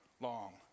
long